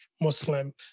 Muslim